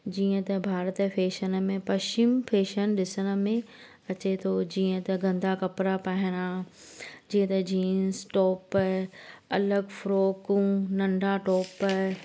जीअं त भारत जा फैशन में पश्चिम फैशन ॾिसण में अचे थो जीअं त गंदा कपिड़ा पाइणा जीअं त जींस टॉप अलॻि फ्रॉकूं नंढा टॉप